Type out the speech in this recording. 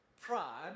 Pride